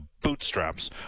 bootstraps